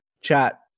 chat